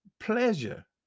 pleasure